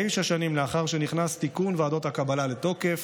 תשע שנים לאחר שנכנס תיקון ועדות הקבלה לתוקף,